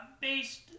based